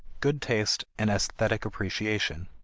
good taste and esthetic appreciation.